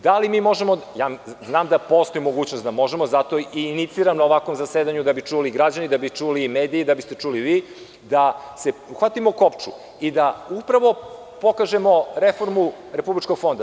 Znam da postoji mogućnosti da možemo, zato i iniciram na ovakvom zasedanju da bi čuli i građani, da bi čuli mediji, da biste čuli vi, da uhvatimo kopču i da upravo pokažemo reformu Republičkog fonda.